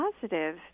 positive